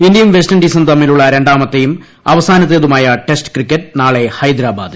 ഇന്ത്യയും വെസ്റ്റിൻഡീസും തമ്മിലുള്ള രണ്ടാമത്തേതും അവസാനത്തേതുമായുള്ള ടെസ്റ്റ് മത്സരം നാളെ ഹൈദരാബാദിൽ